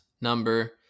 number